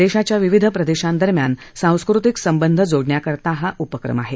देशाच्या विविध प्रदेशांदरम्यान सांस्कृतिक संबंध जोडण्याकरता हा उपक्रम आहे